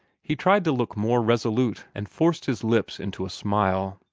he tried to look more resolute, and forced his lips into a smile.